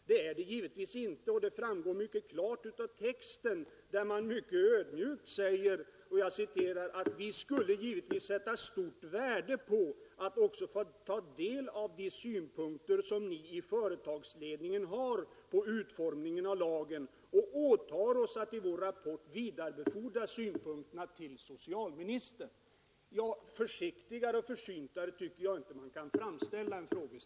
Så är givetvis inte alls fallet, och det framgår mycket klart av texten där det ödmjukt sägs: ”Vi skulle givetvis sätta stort värde på att också få ta del av de synpunkter som Ni i företagsledningen har på utformningen av lagen och åtar oss att i vår rapport vidarebefordra Era synpunkter till socialministern”. Försiktigare och försyntare tycker jag inte att man kan framställa en förfrågan.